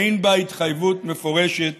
אין בה התחייבות מפורשת